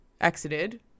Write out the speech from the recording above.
exited